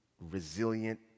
resilient